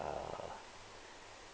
err